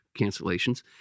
cancellations